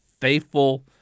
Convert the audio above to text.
faithful